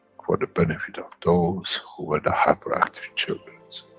for the benefit of those who were the hyper active childrens.